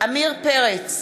עמיר פרץ,